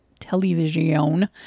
Television